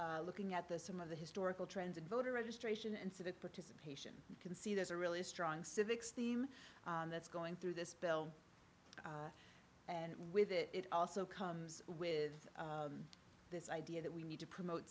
also looking at the some of the historical trends of voter registration and civic participation can see there's a really strong civics theme that's going through this bill and with it it also comes with this idea that we need to promote